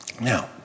Now